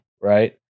right